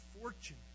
fortune